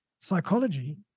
psychology